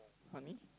funny